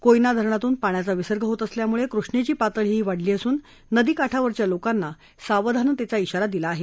कोयना धरणातून पाण्याचा विसर्ग होत असल्यानं कृष्णेची पातळीही वाढली असून नदी काठावरच्या लोकांना सावधानतेचा शिारा दिला आहे